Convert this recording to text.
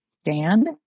stand